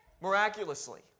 miraculously